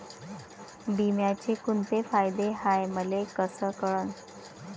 बिम्याचे कुंते फायदे हाय मले कस कळन?